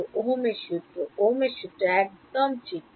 ছাত্র ওহমের সূত্র Ohm's law ওহমের সূত্র Ohm's law একদম ঠিক